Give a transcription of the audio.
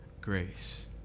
grace